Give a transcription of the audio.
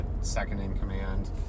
second-in-command